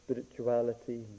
spirituality